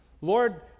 Lord